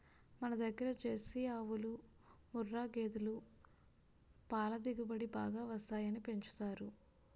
మనదగ్గర జెర్సీ ఆవులు, ముఱ్ఱా గేదులు పల దిగుబడి బాగా వస్తాయని పెంచుతారు